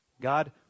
God